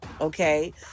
okay